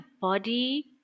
body